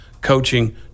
coaching